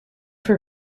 for